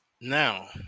Now